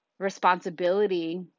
Responsibility